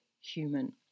human